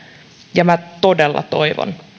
ja todella toivon